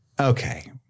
Okay